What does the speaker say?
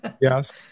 yes